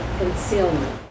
concealment